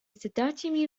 задачами